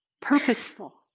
purposeful